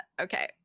Okay